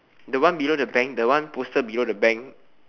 the one below the bank the one poster below the bank